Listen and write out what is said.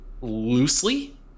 loosely